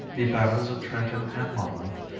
the battles of trenton and monmouth,